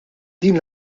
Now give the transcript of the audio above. din